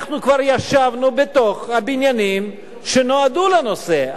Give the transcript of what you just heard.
אנחנו כבר ישבנו בתוך הבניינים שנועדו לנושא.